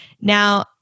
Now